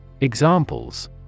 Examples